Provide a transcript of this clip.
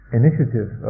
initiative